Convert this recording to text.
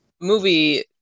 movie